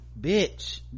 bitch